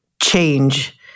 change